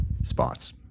spots